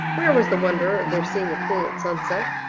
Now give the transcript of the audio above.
where was the wonder of their seeing a pool at sunset,